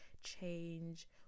change